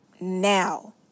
now